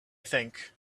think